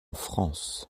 france